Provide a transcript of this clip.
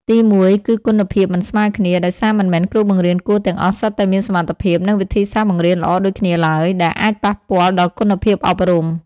ទីមួយ គឺគុណភាពមិនស្មើគ្នា ដោយសារមិនមែនគ្រូបង្រៀនគួរទាំងអស់សុទ្ធតែមានសមត្ថភាព និងវិធីសាស្រ្តបង្រៀនល្អដូចគ្នាឡើយ ដែលអាចប៉ះពាល់ដល់គុណភាពអប់រំ។